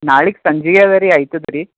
ನಾಳೆಗೆ ಸಂಜಿಗೆ ಅದ ರಿ